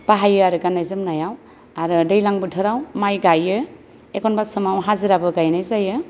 बाहायो आरो गाननाया जोमनायाव आरो दैलां बोथोराव माइ गायो एखन्बा समाव हाजिराबो गायनाय जायो